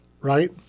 right